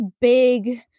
big